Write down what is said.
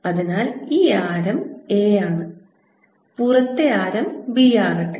അതിനാൽ ഈ ആരം a ആണ് പുറത്തെ ആരം b ആകട്ടെ